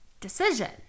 decision